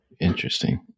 Interesting